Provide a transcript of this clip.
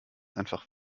einfach